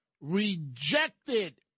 rejected